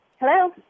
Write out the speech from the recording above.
Hello